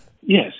Yes